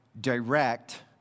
direct